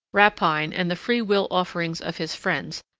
rapine, and the free-will offerings of his friends,